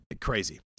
Crazy